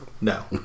No